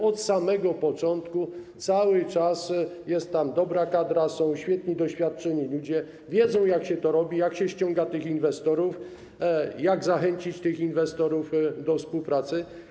Od samego początku cały czas jest tam dobra kadra, są świetni, doświadczeni ludzie, którzy wiedzą, jak się to robi, jak się ściąga tych inwestorów, jak zachęcić tych inwestorów do współpracy.